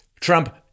Trump